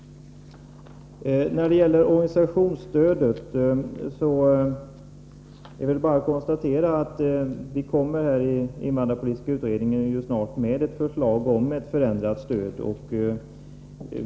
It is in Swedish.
Vad sedan gäller organisationsstödet vill jag bara konstatera att vi i invandrarpolitiska utredningen snart kommer att lägga fram ett förslag om förändrat stöd.